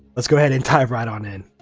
llet's go ahead and dive right on in!